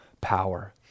power